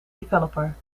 developer